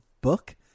book